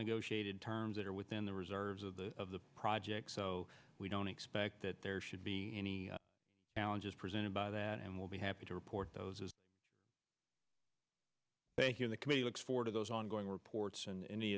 negotiated terms that are within the reserves of the of the project so we don't expect that there should be any challenges presented by that and we'll be happy to report those thank you the committee looks forward to those ongoing reports and any